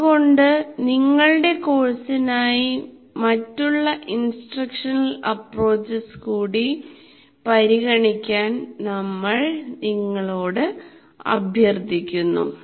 അതുകൊണ്ട് നിങ്ങളുടെ കോഴ്സിനായി മറ്റുള്ള ഇൻസ്ട്രക്ഷണൽ അപ്പ്രോച്ച്സ് കൂടിപരിഗണിക്കാൻ നമ്മൾ നിങ്ങളോട് അഭ്യർത്ഥിക്കുന്നു